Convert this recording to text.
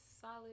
solid